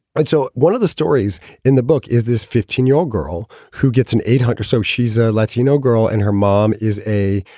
but so one of the stories in the book is this fifteen year old girl who gets an eight hundred. so she's a latino girl and her mom is a